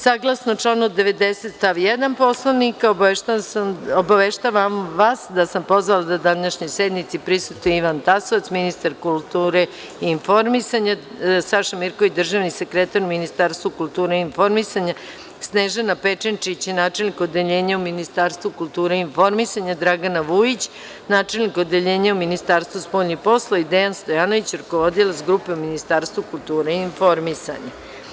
Saglasno članu 90. stav 1. Poslovnika obaveštavam vas da sam pozvala da današnjoj sednici prisustvuje Ivan Tasovac, ministar kulture i informisanja, Saša Mirković, državni sekretar u Ministarstvu kulture i informisanja, Snežana Pečenčić, načelnik odeljenja u Ministarstvu kulture i informisanja, Dragana Vujić, načelnik odeljenja u Ministarstvu spoljnih poslova i Dejan Stojanović, rukovodilac grupe u Ministarstvu kulture i informisanja.